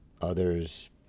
others